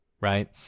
right